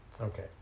Okay